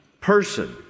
person